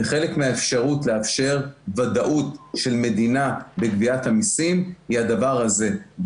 וחלק מהאפשרות לאפשר ודאות של מדינה בגביית המיסים היא הדבר הזה.